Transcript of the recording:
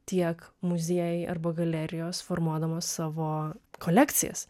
tiek muziejai arba galerijos formuodamos savo kolekcijas